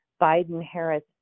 Biden-Harris